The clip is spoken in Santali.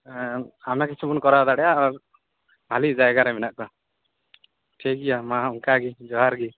ᱟᱭᱢᱟ ᱠᱤᱪᱷᱩ ᱵᱚᱱ ᱠᱚᱨᱟᱣ ᱫᱟᱲᱮᱭᱟᱜᱼᱟ ᱟᱨ ᱵᱷᱟᱹᱞᱤ ᱡᱟᱭᱜᱟ ᱨᱮ ᱢᱮᱱᱟᱜ ᱠᱚᱣᱟ ᱴᱷᱤᱠ ᱜᱮᱭᱟ ᱢᱟ ᱚᱱᱠᱟᱜᱮ ᱡᱚᱦᱟᱨ ᱜᱮ